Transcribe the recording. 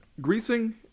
greasing